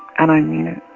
and i mean it